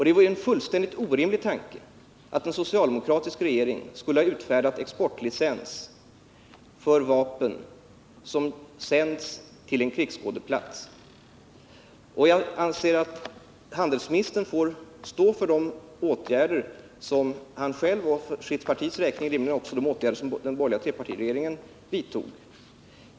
Det är en fullkomligt orimlig tanke att en socialdemokratisk regering skulle ha utfärdat exportlicens för vapen som sänts till en krigsskådeplats. Jag anser att handelsministern får stå för de åtgärder som han själv vidtagit och att han rimligen också för sit partis räkning får stå för de åtgärder som den borgerliga trepartiregeringen vidtog.